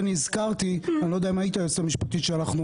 אני לא יודע אם היית כשהזכרתי שלקחנו